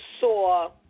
saw